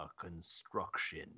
construction